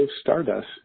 stardust